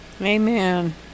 Amen